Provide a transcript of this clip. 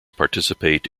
participate